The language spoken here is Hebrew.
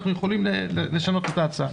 אנחנו יכולים לשנות את ההצעה.